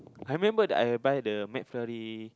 I remember that I buy the McFlurry